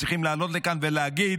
אתם צריכים לעלות לכאן ולהגיד: